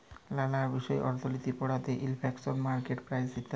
লালা বিষয় অর্থলিতি পড়ায়ে ইলফ্লেশল, মার্কেট প্রাইস ইত্যাদি